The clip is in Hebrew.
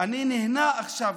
אני נהנה עכשיו,